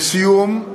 לסיום,